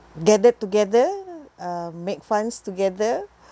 gathered together uh make funs together